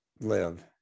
live